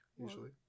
usually